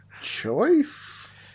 Choice